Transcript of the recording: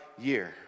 year